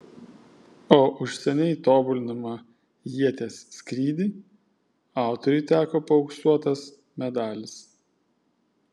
o už seniai tobulinamą ieties skrydį autoriui teko paauksuotas medalis